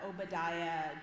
Obadiah